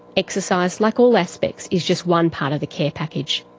exercise, like all aspects, is just one part of the care package.